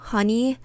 Honey